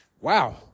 Wow